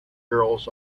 girls